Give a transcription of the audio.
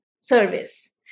service